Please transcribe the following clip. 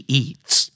eats